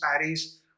Paris